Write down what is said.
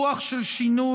רוח של שינוי,